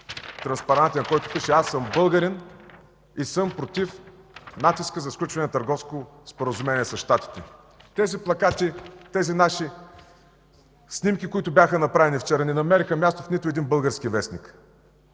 (показва), на който пише „Аз съм българин и съм против натиска за сключване на търговско споразумение с Щатите”. Тези плакати, тези наши снимки, които бяха направени вчера, не намериха място в нито един български вестник.